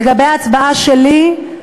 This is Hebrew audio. לגבי ההצעה שלי,